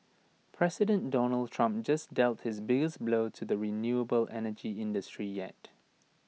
President Donald Trump just dealt his biggest blow to the renewable energy industry yet